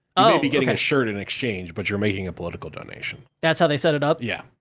be getting a shirt in exchange, but you're making a political donation. that's how they set it up? yeah.